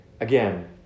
again